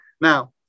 Now